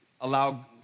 allow